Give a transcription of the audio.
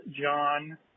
John